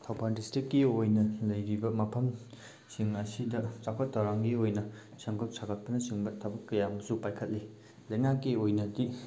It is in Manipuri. ꯊꯧꯕꯥꯜ ꯗꯤꯁꯇ꯭ꯔꯤꯛꯀꯤ ꯑꯣꯏꯅ ꯂꯩꯔꯤꯕ ꯃꯐꯝꯁꯤꯡ ꯑꯁꯤꯗ ꯆꯥꯎꯈꯠ ꯊꯧꯔꯥꯡꯒꯤ ꯑꯣꯏꯅ ꯁꯦꯝꯒꯠ ꯁꯥꯒꯠꯄꯅꯆꯤꯡꯕ ꯊꯕꯛ ꯀꯌꯥ ꯑꯃꯁꯨꯨ ꯄꯥꯏꯈꯠꯂꯤ ꯂꯩꯉꯥꯛꯀꯤ ꯑꯣꯏꯅꯗꯤ